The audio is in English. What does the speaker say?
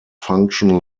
function